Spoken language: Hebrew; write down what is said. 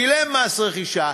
שילם מס רכישה,